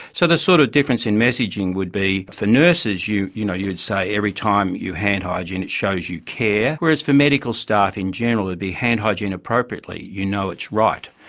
so the sort of difference in messaging would be for nurses you you know you would say every time you hand hygiene it shows you care, whereas for medical staff in general it would be hand hygiene appropriately, you know it's right'.